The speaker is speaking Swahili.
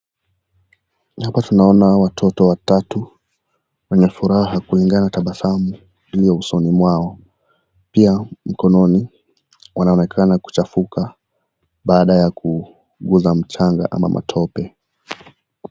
Hapa tunaona watoto watatu wanafuraha kulingana na tabasamu iliyo usoni mwao pia mkononi wanaonekana kuchafuka baada ya kuguza mchanga ama matope.